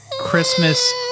Christmas